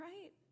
Right